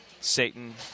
satan